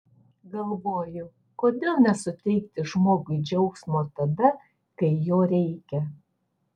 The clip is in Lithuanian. galvoju kodėl nesuteikti žmogui džiaugsmo tada kai jo reikia